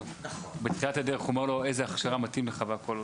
בתחילת הדרך הוא אומר איזה הכשרה מתאים לך.